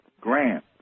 Grant